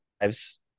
lives